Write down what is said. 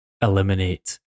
eliminate